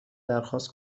درخواست